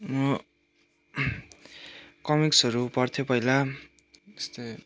कमिक्सहरू पढ्थे पहिला त्यस्तै